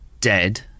dead